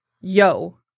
yo